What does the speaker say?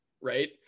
Right